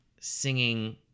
Singing